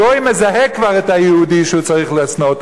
הגוי מזהה כבר את היהודי שהוא צריך לשנוא,